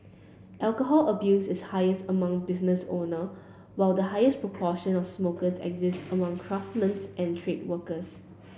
alcohol abuse is highest among business owner while the highest proportion of smokers exists among and trade workers